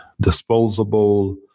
disposable